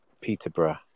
Peterborough